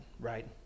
Right